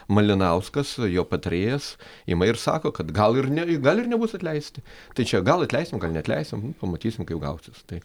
malinauskas jo patarėjas ima ir sako kad gal ir gal ir nebus atleisti tai čia gal atleisim gal neatleisim nu pamatysim kaip gausis tai